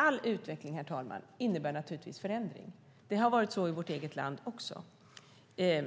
All utveckling, herr talman, innebär naturligtvis förändring. Det har varit så i vårt eget land också.